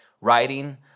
Writing